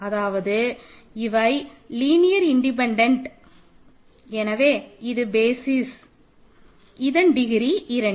அதாவது இவை linear independent எனவே இது பேசிஸ் இதன் டிகிரி 2